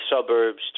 suburbs